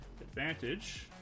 advantage